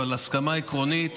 אבל הסכמה עקרונית,